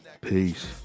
Peace